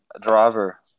driver